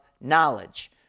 knowledge